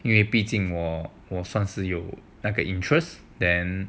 因为毕竟我有那个 interest then